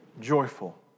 joyful